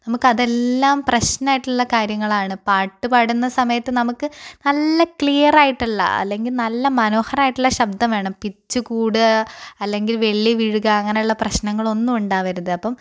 നമുക്ക് അതെല്ലാം പ്രശ്നമായിട്ടുള്ള കാര്യങ്ങളാണ് പാട്ടു പാടുന്ന സമയത്ത് നമുക്ക് നല്ല ക്ലിയറായിട്ടുള്ള അല്ലെങ്കിൽ നല്ല മനോഹരായിട്ടുള്ള ശബ്ദം വേണം പിച് കൂടാം അല്ലെങ്കിൽ വെള്ളി വീഴുക അങ്ങനെയുള്ള പ്രശ്നങ്ങളൊന്നും ഉണ്ടാവരുത് അപ്പം